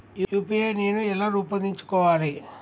UPI నేను ఎలా రూపొందించుకోవాలి?